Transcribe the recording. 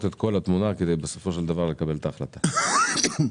את כל התמונה כדי לקבל את ההחלטה בסופו של דבר.